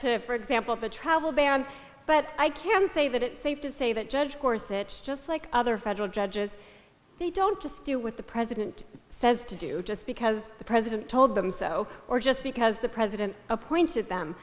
to for example the travel ban but i can say that it's safe to say that judge corset just like other federal judges they don't just do with the president says to do just because the president told them so or just because the president appointed them